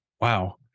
Wow